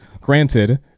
granted